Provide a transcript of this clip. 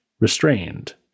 restrained